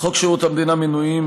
חוק שירות המדינה (מינויים),